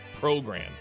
program